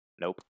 Nope